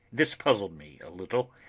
this puzzled me a little,